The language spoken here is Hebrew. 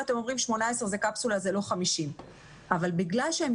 ואתם אומרים ש-18 זה קפסולה וזה לא 50; בגלל שהם